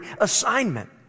assignment